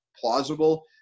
plausible